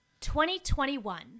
2021